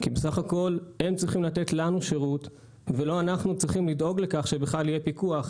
כי הם צריכים לתת לנו שירות ולא אנחנו צריכים לדאוג לכך שיהיה פיקוח.